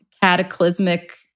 cataclysmic